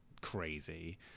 crazy